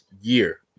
year